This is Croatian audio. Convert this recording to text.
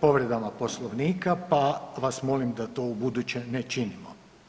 povredama Poslovnika pa vas molim da to ubuduće ne činimo.